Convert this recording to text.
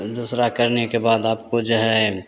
दूसरा करने के बाद आपको जो है